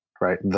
Right